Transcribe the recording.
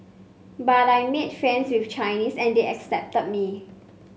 but I made friends with Chinese and they accepted me